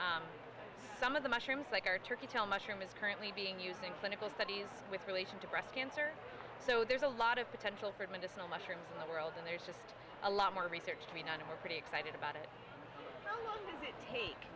function some of the mushrooms like our turkey tell mushroom is currently being used in clinical studies with relation to breast cancer so there's a lot of potential for medicinal mushrooms in the world and there's just a lot more research to be known or pretty excited about it t